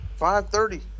5.30